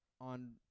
on –